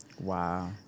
Wow